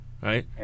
Right